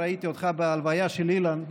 ראיתי אותך בהלוויה של אילן,